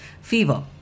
Fever